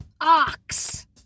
ox